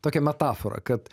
tokią metaforą kad